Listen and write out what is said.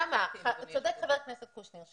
צודק חבר הכנסת קושניר.